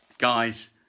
Guys